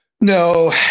No